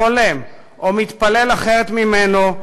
חולם או מתפלל אחרת ממנו,